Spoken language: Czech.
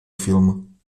film